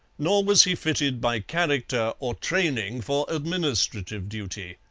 nor was he fitted by character or training for administrative duty.